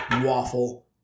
waffle